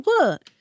work